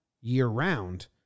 year-round